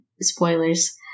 spoilers